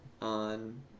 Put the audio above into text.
on